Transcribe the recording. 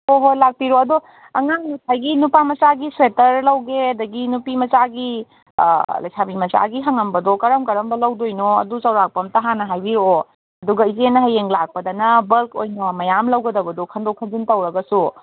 ꯍꯣ ꯍꯣ ꯂꯥꯛꯄꯤꯔꯣ ꯑꯗꯣ ꯑꯉꯥꯡ ꯉꯁꯥꯏꯒꯤ ꯅꯨꯄꯥ ꯃꯆꯥꯒꯤ ꯁ꯭ꯋꯦꯇꯔ ꯂꯧꯒꯦ ꯑꯗꯒꯤ ꯅꯨꯄꯤ ꯃꯆꯥꯒꯤ ꯂꯩꯁꯥꯕꯤ ꯃꯆꯥꯒꯤ ꯍꯪꯉꯝꯕꯗꯣ ꯀꯔꯝ ꯀꯔꯝꯕ ꯂꯧꯗꯣꯏꯅꯣ ꯑꯗꯨ ꯆꯧꯔꯥꯛꯄ ꯑꯝꯇ ꯍꯥꯟꯅ ꯍꯥꯏꯕꯤꯔꯛꯑꯣ ꯑꯗꯨꯒ ꯏꯆꯦꯅ ꯍꯌꯦꯡ ꯂꯥꯛꯄꯗꯅ ꯕꯜꯛ ꯑꯣꯏꯅ ꯃꯌꯥꯝ ꯂꯧꯒꯗꯕꯗꯣ ꯈꯟꯗꯣꯛ ꯈꯟꯖꯤꯟ ꯇꯧꯔꯒꯁꯨ